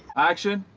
action!